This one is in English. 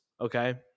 okay